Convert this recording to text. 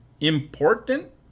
important